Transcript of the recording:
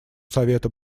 совета